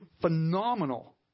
phenomenal